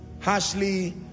harshly